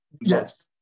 yes